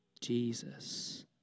Jesus